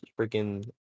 freaking